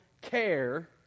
care